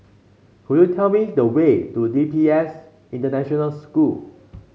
could you tell me the way to D P S International School